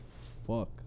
fuck